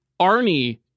Arnie